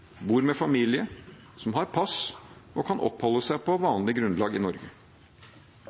bor med familie, har pass og kan oppholde seg på vanlig grunnlag i Norge.